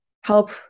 help